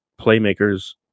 playmakers